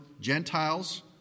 Gentiles